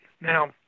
Now